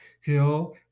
Hill